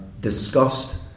discussed